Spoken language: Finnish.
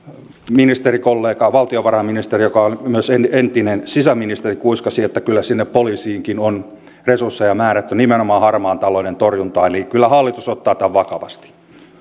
ministerikollega valtiovarainministeri joka on myös entinen sisäministeri kuiskasi että kyllä sinne poliisiinkin on resursseja määrätty nimenomaan harmaan talouden torjuntaan eli kyllä hallitus ottaa tämän vakavasti